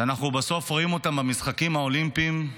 שאנחנו בסוף רואים אותם במשחקים האולימפיים,